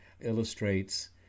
illustrates